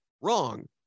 wrong